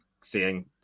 seeing